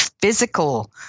physical